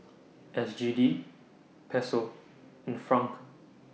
S G D Peso and Franc